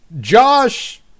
Josh